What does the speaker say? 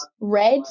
red